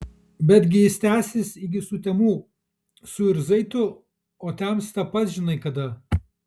betgi jis tęsis iki sutemų suirzai tu o temsta pats žinai kada